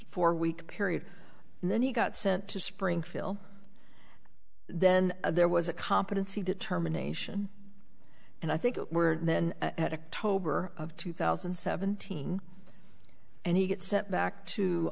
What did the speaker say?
four week period and then he got sent to springfield then there was a competency determination and i think we're then at a tobar of two thousand and seventeen and he gets sent back to